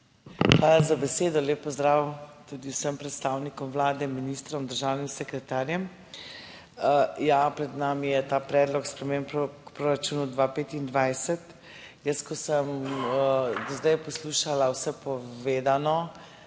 Hvala za besedo. Lep pozdrav tudi vsem predstavnikom Vlade, ministrom, državnim sekretarjem! Pred nami je ta predlog sprememb v proračunu 2025. Jaz ko sem do zdaj poslušala vse povedano